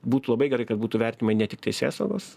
būtų labai gerai kad būtų vertimai ne tik teisėsaugos